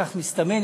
כך מסתמן.